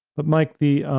but mike, the